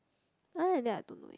other than that I don't know